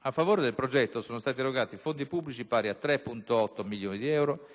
A favore del progetto sono stati erogati fondi pubblici pari a circa 3,8 milioni di euro